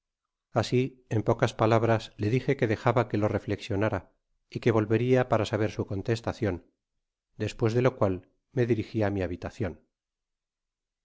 asi en pocas palabras le dije que dejaba que lo reflexionara y que volverla para saber su contestacion despues de lo cual me dirigi á mi habitacion